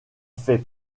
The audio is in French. fait